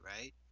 right